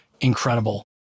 incredible